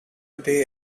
day